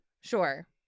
Sure